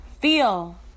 Feel